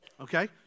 Okay